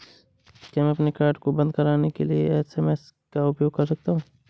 क्या मैं अपने कार्ड को बंद कराने के लिए एस.एम.एस का उपयोग कर सकता हूँ?